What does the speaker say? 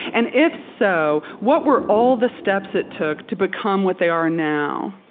and if so, what were all the steps it took to become what they are now?